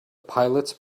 pilots